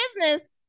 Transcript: business